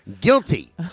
guilty